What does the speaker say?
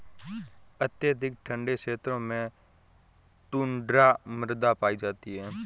अत्यधिक ठंडे क्षेत्रों में टुण्ड्रा मृदा पाई जाती है